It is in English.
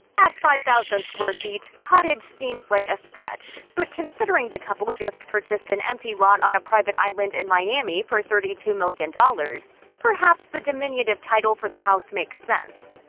at five thousand square feet, cottage seems like a stretch, but considering the couple just purchased an empty lot on a private island in miami for thirty two million dollars, perhaps the diminutive title for the house makes sense.